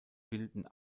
bilden